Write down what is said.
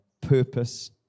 purpose